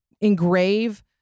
engrave